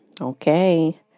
Okay